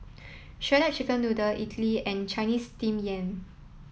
Shredded Chicken Noodles Idly and Chinese Steamed Yam